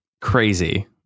crazy